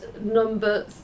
number